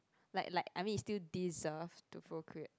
like like I mean you still deserve to procreate